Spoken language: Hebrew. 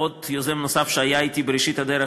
יוזם נוסף שהיה אתי בראשית הדרך,